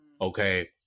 Okay